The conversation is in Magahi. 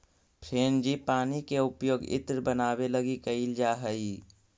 फ्रेंजीपानी के उपयोग इत्र बनावे लगी कैइल जा हई